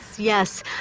yes,